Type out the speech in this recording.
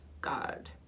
God